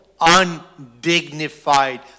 undignified